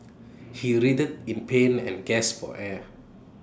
he writhed in pain and gasped for air